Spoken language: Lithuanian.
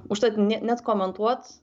užtat net komentuot